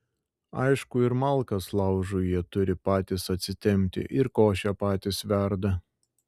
aišku ir malkas laužui jie turi patys atsitempti ir košę patys verda